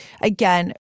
again